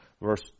verse